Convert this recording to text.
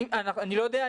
אני לא יודע,